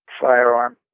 firearm